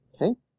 Okay